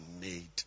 made